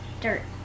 dirt